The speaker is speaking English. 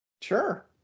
Sure